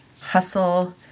hustle